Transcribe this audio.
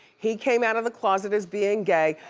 he came outta the closet as being gay.